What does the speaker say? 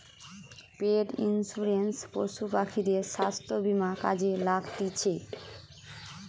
পেট insurance পশু পাখিদের স্বাস্থ্য বীমা কাজে লাগতিছে